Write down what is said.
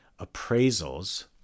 appraisals